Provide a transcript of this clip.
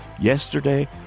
Yesterday